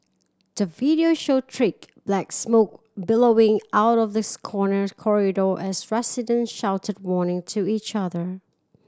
the video showed trick black smoke billowing out of this corner corridor as residents shouted warning to each other